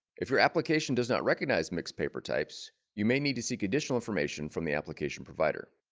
if your application does not recognize mixed paper types you may need to seek additional information from the application provider.